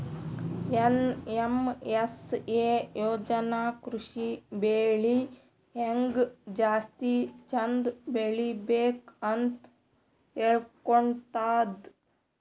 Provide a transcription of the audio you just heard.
NMSA ಯೋಜನಾ ಕೃಷಿ ಬೆಳಿ ಹೆಂಗ್ ಜಾಸ್ತಿ ಚಂದ್ ಬೆಳಿಬೇಕ್ ಅಂತ್ ಹೇಳ್ಕೊಡ್ತದ್